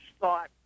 thought